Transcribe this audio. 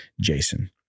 jason